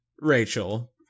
Rachel